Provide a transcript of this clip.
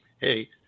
hey